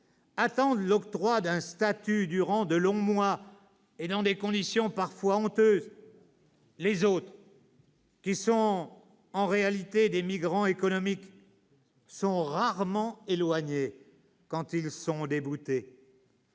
attendent l'octroi d'un statut durant de longs mois et dans des conditions parfois honteuses. Les autres, qui sont en réalité des migrants économiques, sont rarement éloignés quand ils sont déboutés.